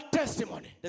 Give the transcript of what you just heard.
testimony